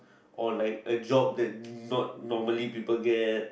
or like a job that not normally people get